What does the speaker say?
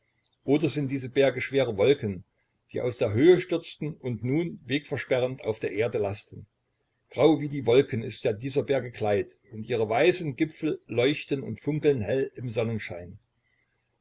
oder sind diese berge schwere wolken die aus der höhe stürzten und nun wegversperrend auf der erde lasten grau wie die wolken ist ja dieser berge kleid und ihre weißen gipfel leuchten und funkeln hell im sonnenschein